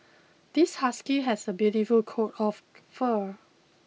this husky has a beautiful coat of fur